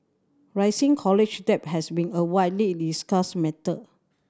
rising college debt has been a widely discussed matter